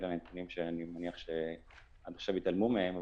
אלה נתונים שאני מניח שעד עכשיו התעלמו מהם.